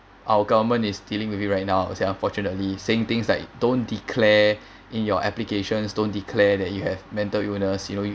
our government is dealing with it right now unfortunately saying things like don't declare in your applications don't declare that you have mental illness you know